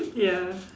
ya